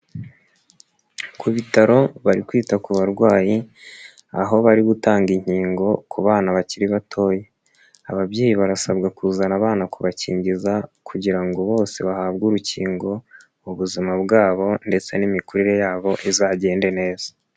Ku bitaro bari kwita ku barwayi, aho bari gutanga inkingo ku bana bakiri batoya, ababyeyi barasabwa kuzana abana kubakingiza kugira ngo bose bahabwe urukingo, ubuzima bwabo ndetse n'imikurire yabo izagende neza.